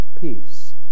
peace